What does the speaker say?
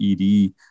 ed